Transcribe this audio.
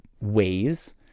ways